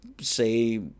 say